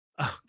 okay